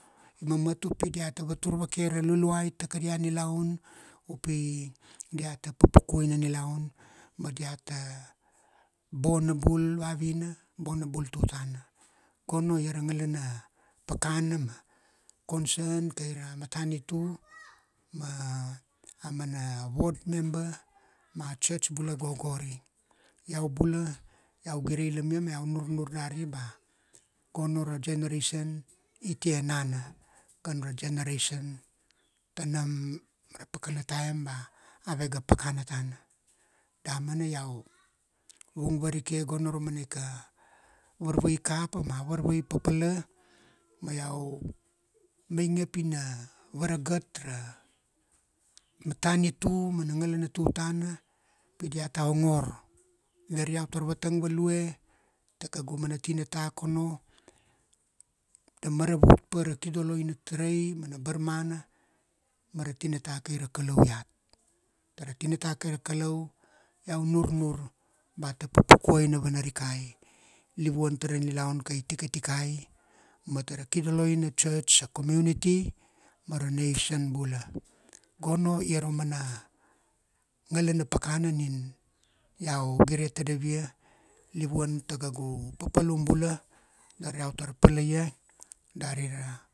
Imamat u pi dia ta vatur vake ra Luluai ta kadia nilaun u pi dia ta pupukuai na nilaun ma dia ta bona bul vavina, bona bul tutana. Gono ia ra ngala na pakana ma concern kai ra matanitu ma a mana ward member ma a church bula go gori. Iau bula, iau gire ilamia ma iau nurnur dari ba gono ra generation i tia enana, kan ra generation ta nam ra pakana time ba ave ga pakana tana. Damana iau vung varike gono ra mana ika varveai kapa ma varveai papala ma iau mainge pi na varagat ra matanitu, mana ngala na tutana pi dia ta ongor, na ari iau tar vatang value ta kaugu mana tinata kono. Da maravut pa ra kidoloina na tarai, mana barmana ma ra tinatu kai ra Kalau iat. Ta ra tinata kai ra Kalau iau nurnur ba ta pupukuai na vana rikai livuan ta ra nilaun kai tikatikai ma ta ra kidoloina church, a community ma ra nation bula. Gono ia ra mana, nagala na pakana nin iau gire tadav ia livuan ta kaugu papalum bula, dari iau tar pala ia, dari ra